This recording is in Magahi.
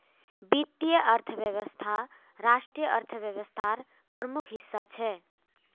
वीत्तिये अर्थवैवस्था राष्ट्रिय अर्थ्वैवास्थार प्रमुख हिस्सा छे